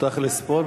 אותך לספור?